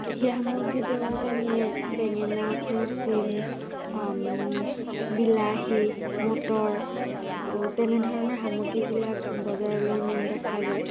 কৃষিৰ সামগ্ৰী তেওঁলোকে নিয়ে বেঙেনা ফ্ৰেন্স বীন বিলাহী মটৰ তেনেধৰণৰ সামগ্ৰীবিলাক বজাৰলৈ নিয়া দেখা যায়